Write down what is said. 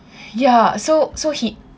ya so so he